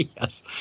yes